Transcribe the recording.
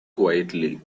quietly